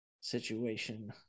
situation